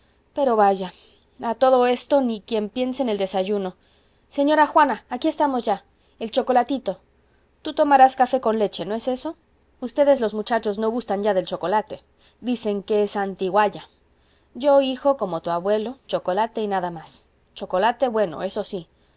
pero vaya a todo esto ni quien piense en el desayuno señora juana aquí estamos ya el chocolatito tú tomarás café con leche no es eso ustedes los muchachos no gustan ya del chocolate dicen que es antigualla yo hijo como tu abuelo chocolate y nada más chocolate bueno eso sí